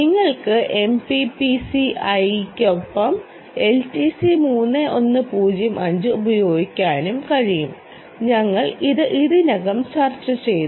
നിങ്ങൾക്ക് MPPCI യ്ക്കൊപ്പം LTC3105 ഉപയോഗിക്കാനും കഴിയും ഞങ്ങൾ ഇത് ഇതിനകം ചർച്ചചെയ്തു